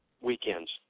weekends